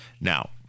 Now